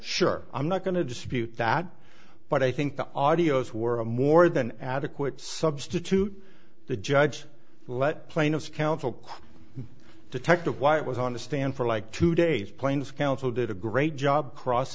sure i'm not going to dispute that but i think the audios were a more than adequate substitute the judge let plaintiff's counsel cry detective why it was on the stand for like two days plains counsel did a great job cross